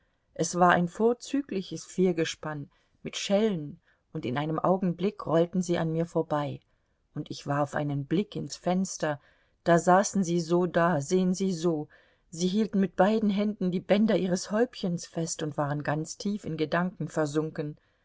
es war ein vorzügliches viergespann mit schellen und in einem augenblick rollten sie an mir vorbei und ich warf einen blick ins fenster da saßen sie so da sehen sie so sie hielten mit beiden händen die bänder ihres häubchens fest und waren ganz tief in gedanken versunken